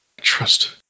trust